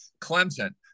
Clemson